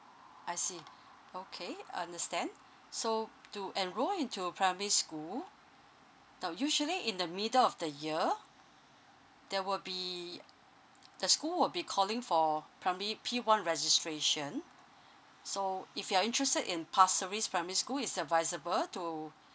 I see okay understand so to enrol into a primary school now usually in the middle of the year there will be the school will be calling for primary P one registration so if you're interested in pasir ris primary school it's advisable to